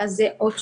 אז זה עוד סימן.